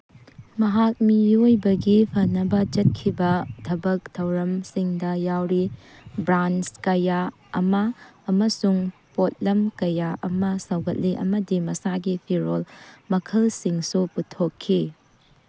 ꯃꯍꯥꯛ ꯃꯤꯑꯣꯏꯕꯒꯤ ꯐꯅꯕ ꯆꯠꯈꯤꯕ ꯊꯕꯛ ꯊꯧꯔꯝꯁꯤꯡꯗ ꯌꯥꯎꯔꯤ ꯕ꯭ꯔꯥꯟꯁ ꯀꯌꯥ ꯑꯃ ꯑꯃꯁꯨꯡ ꯄꯣꯠꯂꯝ ꯀꯌꯥ ꯑꯃ ꯁꯧꯒꯠꯂꯤ ꯑꯃꯗꯤ ꯃꯁꯥꯒꯤ ꯐꯤꯔꯣꯜ ꯃꯈꯜꯁꯤꯡꯁꯨ ꯄꯨꯊꯣꯛꯈꯤ